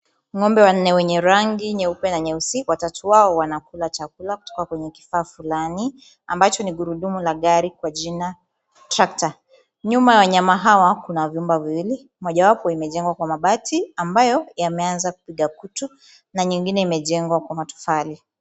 Ng'ombe wanne wenye rangi nyeupe na nyeusi, watatu wao wanakula chakula kutoka kwenye kifaa fulani ambacho ni gurudumu la gari kwa jina Trakta . Nyuma ya wanyama hawa kuna vyumba viwili, mojawapo imejengwa kwa mabati ambayo yameanza kupiga kutu na nyingine imejengwa kwa matofali.